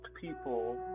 people